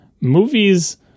Movies